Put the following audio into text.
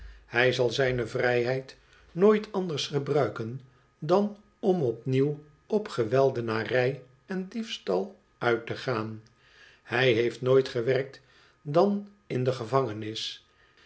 hij zal zijne vrijheid nooit anders gebruiken dan om opnieuw op geweldenarij en diefstal uit te gaan hij heeft nooit gewerkt dan in de gevangenis